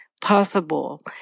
possible